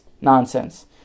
nonsense